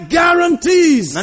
guarantees